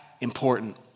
important